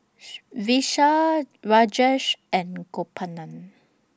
Vishal Rajesh and Gopinath